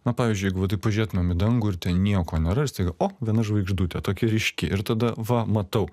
na pavyzdžiui jeigu va taip pažiūrėtumėm į dangų ir ten nieko nėra ir staiga o viena žvaigždutė tokia ryški ir tada va matau